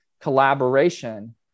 collaboration